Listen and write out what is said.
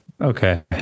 okay